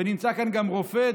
נמצא כאן גם רופא,